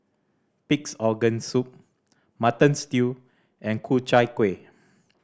Pig's Organ Soup Mutton Stew and Ku Chai Kuih